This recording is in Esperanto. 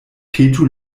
petu